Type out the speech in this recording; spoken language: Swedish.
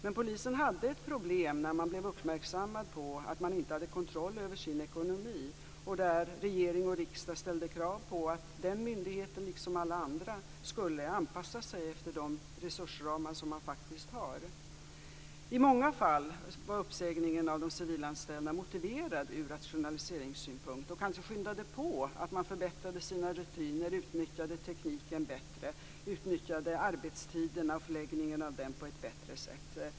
Men polisen hade ett problem när man blev uppmärksammad på att man inte hade kontroll över sin ekonomi. Regering och riksdag ställde krav på att den myndigheten, liksom alla andra, skulle anpassa sig efter de resursramar som man har. I många fall var uppsägningen av de civilanställda motiverad från rationaliseringssynpunkt och skyndade kanske på att man förbättrade sina resurser, utnyttjade tekniken bättre och utnyttjade arbetstiden och förläggningen av den på ett bättre sätt.